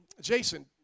Jason